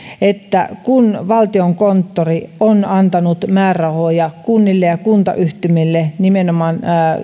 että kun valtiokonttori on antanut määrärahoja kunnille ja kuntayhtymille nimenomaan